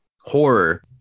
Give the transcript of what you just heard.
horror